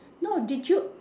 no did you